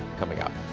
coming up